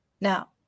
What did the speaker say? Now